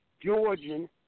Georgian